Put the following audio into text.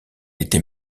était